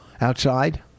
Outside